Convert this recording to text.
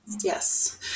Yes